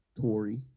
Tory